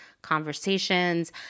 conversations